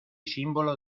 símbolo